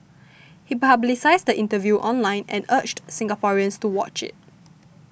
he publicised the interview online and urged Singaporeans to watch it